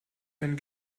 wenn